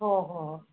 ꯍꯣ ꯍꯣꯏ ꯍꯣꯏ